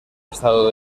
estado